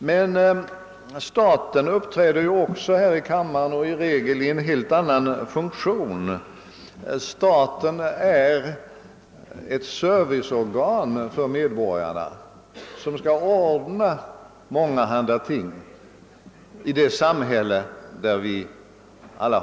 Men staten uppträder i regel här i kammaren med en helt annan funktion, nämligen som ett serviceorgan för medborgarna med uppgift ordna mångahanda ting i det samhälle där vi lever.